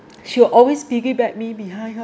she will always piggyback me behind her